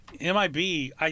MIB